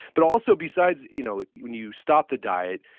but also besides you know when you stop the diet,